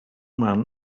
man